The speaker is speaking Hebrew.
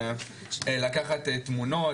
לקחת תמונות,